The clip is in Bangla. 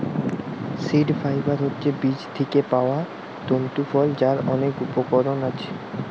সীড ফাইবার হচ্ছে বীজ থিকে পায়া তন্তু ফল যার অনেক উপকরণ আছে